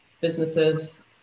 businesses